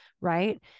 right